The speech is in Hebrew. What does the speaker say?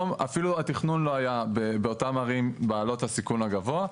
אפילו התכנון לא היה באותן ערים בעלות הסיכון הגבוה,